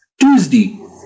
Tuesday